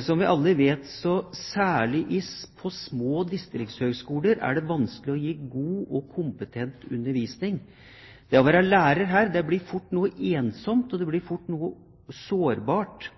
Som vi alle vet, er det særlig på små distriktsskoler vanskelig å gi god og kompetent undervisning. Det å være lærer her blir fort noe ensomt, og det blir fort noe sårbart.